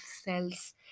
cells